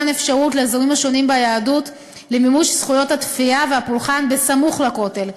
אפשרות לזרמים השונים ביהדות לממש את זכויות התפילה והפולחן סמוך לכותל,